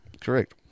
Correct